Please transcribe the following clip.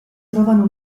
trovano